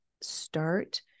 start